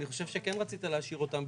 אני חושב שכן רצית להשאיר אותם,